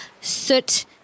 Soot